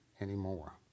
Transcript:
anymore